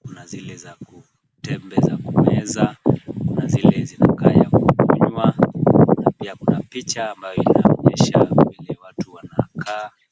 kuna zile za kutembeza kwa meza, kuna zile zinakaa ya kukunywa na pia kuna picha ambayo inaonyesha vile watu wanakaa.